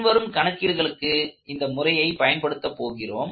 பின்வரும் கணக்கீடுகளுக்கு இந்த முறையை பயன்படுத்த போகிறோம்